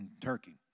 Turkey